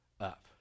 up